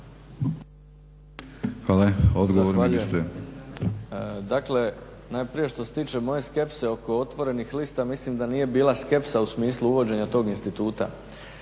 **Bauk, Arsen (SDP)** Dakle, najprije što se tiče moje skepse oko otvorenih lista, mislim da nije bila skepsa u smislu uvođenja tog instituta,